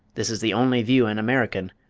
this is the only view an american,